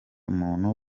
muntu